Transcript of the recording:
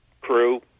crew